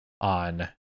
on